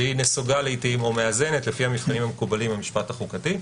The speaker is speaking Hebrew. שהיא נסוגה לעיתים או מאזנת לפי המבחנים המקובלים במשפט החוקתי.